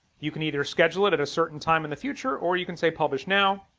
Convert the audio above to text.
you can either schedule it at a certain time in the future or you can say publish now.